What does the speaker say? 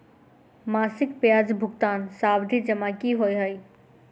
मासिक ब्याज भुगतान सावधि जमा की होइ है?